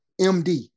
MD